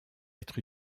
être